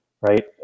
right